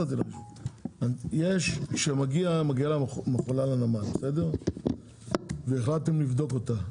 כשמכולה מגיעה לנמל והחלטתם לבדוק אותה,